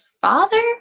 father